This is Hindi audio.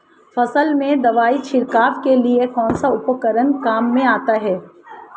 फसल में दवाई छिड़काव के लिए कौनसा उपकरण काम में आता है?